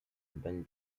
urbaine